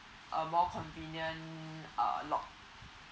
a more convenient uh lot